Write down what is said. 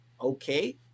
okay